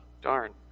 darn